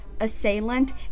assailant